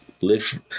live